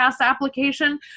application